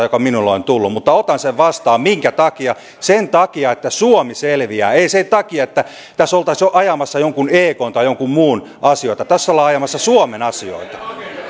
joka minulle on tullut mutta otan sen vastaan minkä takia sen takia että suomi selviää ei sen takia että tässä oltaisiin ajamassa jonkun ekn tai jonkun muun asioita tässä ollaan ajamassa suomen asioita